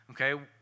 Okay